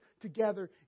together